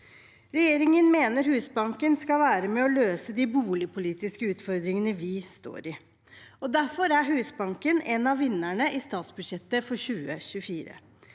Regjeringen mener Husbanken skal være med og løse de boligpolitiske utfordringene vi står i, og derfor er Husbanken en av vinnerne i statsbudsjettet for 2024.